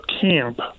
camp